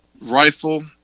rifle